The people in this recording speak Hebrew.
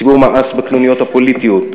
הציבור מאס בקנוניות הפוליטיות.